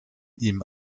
ihm